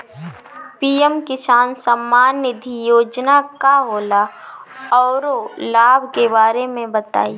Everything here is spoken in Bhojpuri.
पी.एम किसान सम्मान निधि योजना का होला औरो लाभ के बारे में बताई?